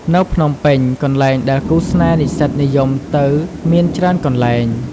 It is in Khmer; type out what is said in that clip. នៅភ្នំពេញ កន្លែងដែលគូស្នេហ៍និស្សិតនិយមទៅមានច្រើនកន្លែង។